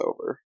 over